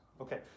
Okay